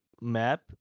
map